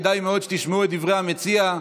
כדאי מאוד שתשמעו את דברי המציע,